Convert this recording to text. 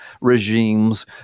regimes